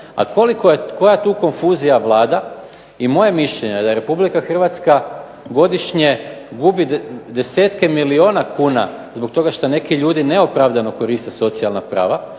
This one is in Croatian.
A koja tu konfuzija vlada i moje mišljenje je da Republika Hrvatska godišnje gubi desetke milijuna kuna zbog toga što neki ljudi neopravdano koriste socijalna prava